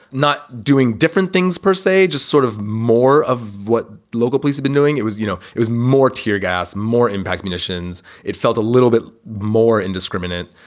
not doing different things, persay, just sort of more of what local police have been doing it was, you know, it was more tear gas, more impact munitions. it felt a little bit more indiscriminate.